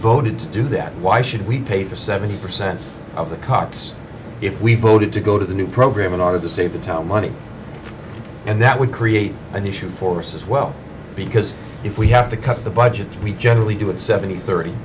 voted to do that why should we pay for seventy percent of the cox if we voted to go to the new program in order to save the town money and that would create an issue force as well because if we have to cut the budget we generally do it seventy thirty